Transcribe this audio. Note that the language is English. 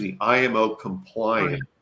IMO-compliant